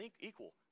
equal